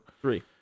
three